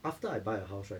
after I buy a house right